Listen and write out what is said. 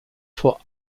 vor